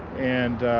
and